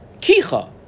Kicha